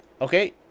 okay